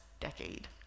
decade